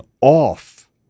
off